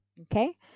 Okay